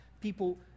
people